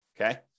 Okay